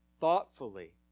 thoughtfully